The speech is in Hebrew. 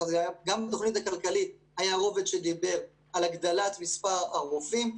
גם בתוכנית הכלכלית היה רובד שדיבר על הגדלת מספר הרופאים,